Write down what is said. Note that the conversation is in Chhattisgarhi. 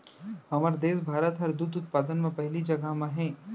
हमर देस भारत हर दूद उत्पादन म पहिली जघा म हे